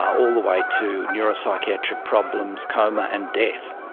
all the way to neuro-psychiatric problems, coma and death.